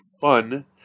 fun